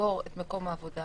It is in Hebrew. לסגור את מקום העבודה